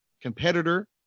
competitor